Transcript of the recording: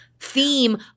theme